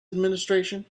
administration